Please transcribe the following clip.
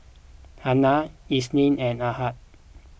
Hana Isnin and Ahad